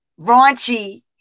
raunchy